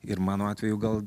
ir mano atveju gal